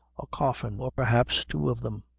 a coffin, or perhaps two of them.